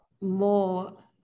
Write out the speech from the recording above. more